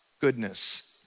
goodness